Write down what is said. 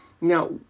Now